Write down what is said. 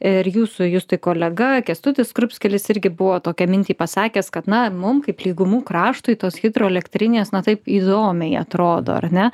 ir jūsų justai kolega kęstutis skrupskelis irgi buvo tokią mintį pasakęs kad na mum kaip lygumų kraštui tos hidroelektrinės na taip įdomiai atrodo ar ne